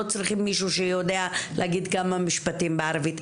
צריכים מישהו שיודע להגיד כמה משפטים בערבית,